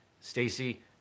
Stacey